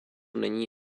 není